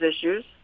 issues